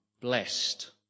Blessed